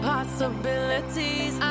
Possibilities